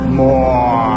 more